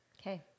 okay